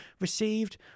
received